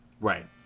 right